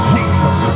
Jesus